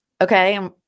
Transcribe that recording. Okay